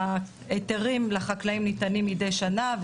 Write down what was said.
היתרים לחקלאים ניתנים מידי שנה,